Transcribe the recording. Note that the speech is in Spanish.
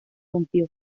rompió